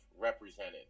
represented